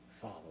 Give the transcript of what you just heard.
follow